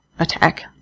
attack